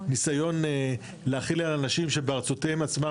ניסיון להחיל על אנשים שבארצותיהם עצמם,